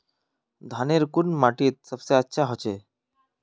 धानेर कुन माटित सबसे अच्छा होचे?